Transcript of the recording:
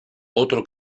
otro